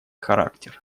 характер